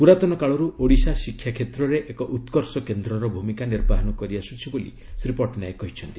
ପୁରାତନକାଳରୁ ଓଡ଼ିଶା ଶିକ୍ଷା କ୍ଷେତ୍ରରେ ଏକ ଉତ୍କର୍ଷ କେନ୍ଦ୍ରର ଭୂମିକା ନିର୍ବାହନ କରିଆସୁଛି ବୋଲି ଶ୍ରୀ ପଟ୍ଟନାୟକ କହିଛନ୍ତି